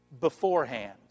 beforehand